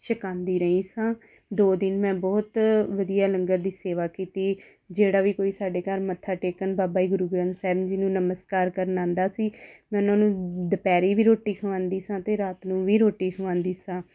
ਛਕਾਉਂਦੀ ਰਹੀ ਸਾਂ ਦੋ ਦਿਨ ਮੈਂ ਬਹੁਤ ਵਧੀਆ ਲੰਗਰ ਦੀ ਸੇਵਾ ਕੀਤੀ ਜਿਹੜਾ ਵੀ ਕੋਈ ਸਾਡੇ ਘਰ ਮੱਥਾ ਟੇਕਣ ਬਾਬਾ ਜੀ ਗੁਰੂ ਗ੍ਰੰਥ ਸਾਹਿਬ ਜੀ ਨੂੰ ਨਮਸਕਾਰ ਕਰਨ ਆਉਂਦਾ ਸੀ ਮੈਂ ਉਹਨਾਂ ਨੂੰ ਦੁਪਹਿਰੇ ਵੀ ਰੋਟੀ ਖਵਾਉਂਦੀ ਸਾਂ ਅਤੇ ਰਾਤ ਨੂੰ ਵੀ ਰੋਟੀ ਖਵਾਉਂਦੀ ਸਾਂ